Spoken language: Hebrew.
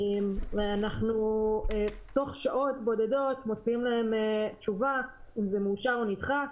ואנחנו תוך שעות בודדות מוציאים להם תשובה אם זה מאושר או נדחה.